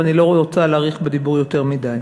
ואני לא רוצה להאריך בדיבור יותר מדי.